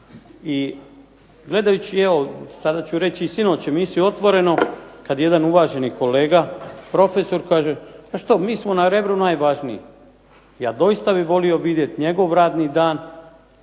I gledajući evo sada ću reći sinoć emisiju "Otvoreno" kada je jedan uvaženi kolega profesor kaže, pa što mi smo na Rebru najvažniji. Ja bih doista htio vidjeti njegov radni dan